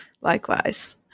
Likewise